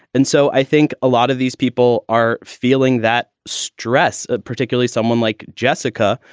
and so i think a lot of these people are feeling that stress, particularly someone like jessica,